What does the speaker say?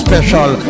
Special